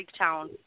Greektown